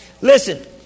Listen